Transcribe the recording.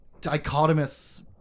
dichotomous